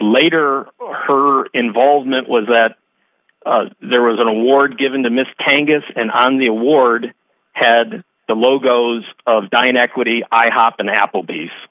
later her involvement was that there was an award given to miss tangas and on the award had the logos of diane equity i hop and applebee's